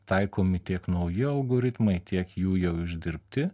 taikomi tiek nauji algoritmai tiek jų jau uždirbti